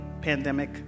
pandemic